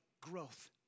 growth